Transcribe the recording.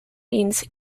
means